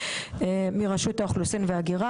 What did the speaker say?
מרשות האוכלוסין וההגירה.